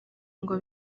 ngo